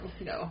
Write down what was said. no